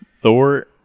Thor